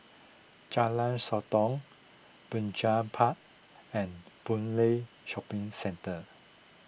Jalan Sotong Binjai Park and Boon Lay Shopping Centre